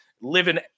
living